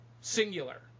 Singular